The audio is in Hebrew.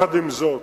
עם זאת,